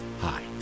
Hi